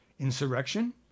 Insurrection